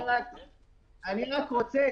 אני רק רוצה,